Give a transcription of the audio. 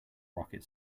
rocket